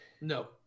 No